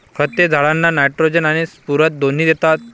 खते झाडांना नायट्रोजन आणि स्फुरद दोन्ही देतात